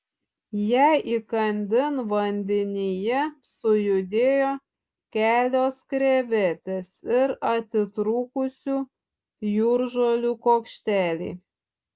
jai įkandin vandenyje sujudėjo kelios krevetės ir atitrūkusių jūržolių kuokšteliai